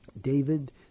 David